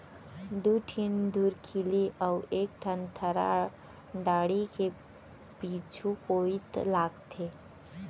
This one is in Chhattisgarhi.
दू ठिन धुरखिली अउ एक ठन थरा डांड़ी के पीछू कोइत लागथे